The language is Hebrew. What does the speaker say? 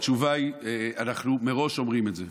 התשובה היא: אנחנו מראש אומרים את זה,